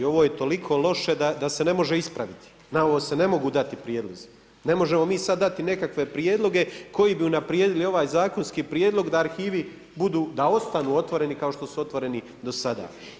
Ovo je toliko loše da se ne može ispraviti, na ovo se mogu dati prijedlozi, ne možemo mi sad dati nekakve prijedloge koji bi unaprijedili ovaj zakonski prijedlog da arhivi da ostanu otvoreni kao što su otvoreni do sada.